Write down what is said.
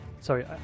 Sorry